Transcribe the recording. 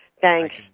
Thanks